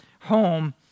home